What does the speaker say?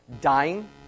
Dying